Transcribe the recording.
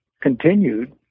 continued